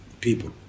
people